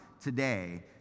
today